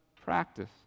practice